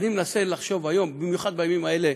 אני מנסה לחשוב היום, במיוחד בימים האלה,